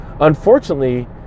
Unfortunately